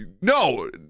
No